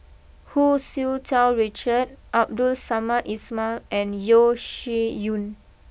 Hu Tsu Tau Richard Abdul Samad Ismail and Yeo Shih Yun